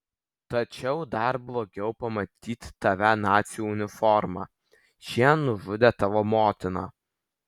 tačiau dar blogiau pamatyti tave nacių uniforma šie nužudė tavo motiną